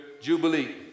Jubilee